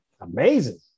amazing